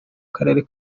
karere